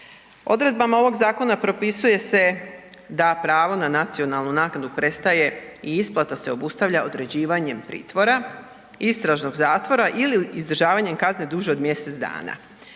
Odredbama ovog zakona propisuje se da pravo na nacionalnu naknadu prestaje i isplata se obustavlja određivanjem pritvora, istražnog zatvora ili izdržavanjem kazne duže od mjesec dana,